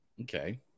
Okay